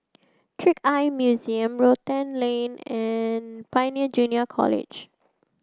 Trick Eye Museum Rotan Lane and Pioneer Junior College